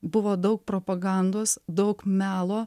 buvo daug propagandos daug melo